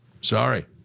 Sorry